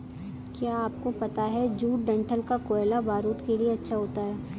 क्या आपको पता है जूट डंठल का कोयला बारूद के लिए अच्छा होता है